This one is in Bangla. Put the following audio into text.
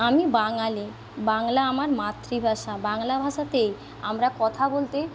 আমি বাঙালি বাংলা আমার মাতৃভাষা বাংলা ভাষাতেই আমরা কথা বলতে খুব